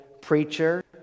preacher